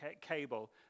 cable